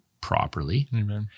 properly